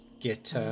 get